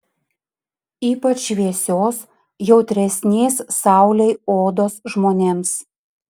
ypač šviesios jautresnės saulei odos žmonėms